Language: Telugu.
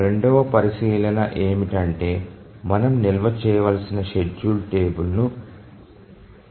రెండవ పరిశీలన ఏమిటంటే మనం నిల్వ చేయవలసిన షెడ్యూల్ టేబుల్ ను కనిష్టీకరించడం